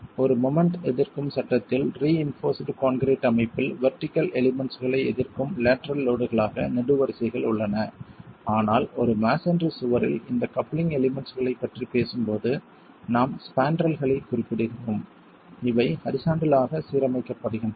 ஒரு மொமெண்ட் எதிர்க்கும் சட்டத்தில் ரிஇன்போர்ஸ்டு கான்கிரீட் அமைப்பில் வெர்டிகள் எலிமெண்ட்ஸ்களை எதிர்க்கும் லேட்டரல் லோட்களாக நெடுவரிசைகள் உள்ளன ஆனால் ஒரு மஸோன்றி சுவரில் இந்த கப்ளிங் எலிமெண்ட்ஸ்களைப் பற்றி பேசும்போது நாம் ஸ்பான்ட்ரல்களைக் குறிப்பிடுகிறோம் இவை ஹரிசாண்டல் ஆக சீரமைக்கப்படுகின்றன